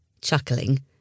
Chuckling